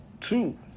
two